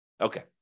Okay